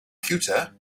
ceuta